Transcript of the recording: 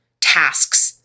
tasks